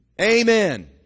Amen